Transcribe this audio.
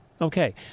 Okay